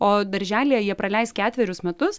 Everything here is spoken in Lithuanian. o darželyje jie praleis ketverius metus